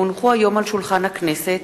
כי הונחו היום על שולחן הכנסת,